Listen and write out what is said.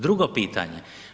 Drugo pitanje.